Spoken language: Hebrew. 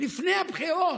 לפני הבחירות,